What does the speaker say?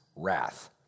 Wrath